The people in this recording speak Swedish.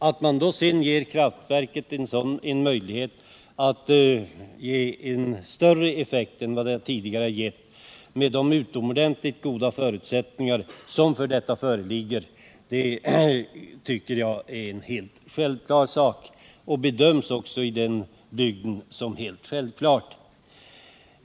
Att man sedan ger kraftverket en möjlighet att lämna större effekt än det tidigare har gett — med de utomordentligt goda förutsättningar som föreligger för detta — tycker jag är en helt självklar sak. Ombyggnaden bedöms också i bygden som helt självklar.